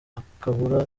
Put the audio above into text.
akabura